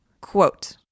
Quote